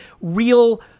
Real